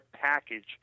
package